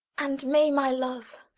and may my love,